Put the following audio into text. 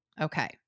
Okay